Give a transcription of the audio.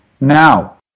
Now